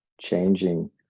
changing